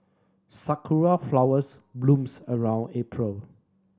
sakura flowers blooms around April